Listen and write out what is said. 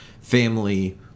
family